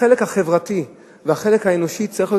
החלק החברתי והחלק האנושי צריכים להיות